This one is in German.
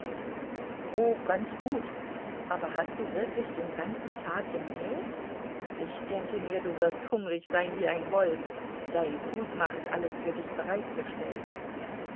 oh ganz gut aber hast du wirklich den ganzen tag gemäht ich denke mir du wirst hungrig sein wie ein wolf dein kusma hat alles für dich bereitgestellt